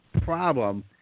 problem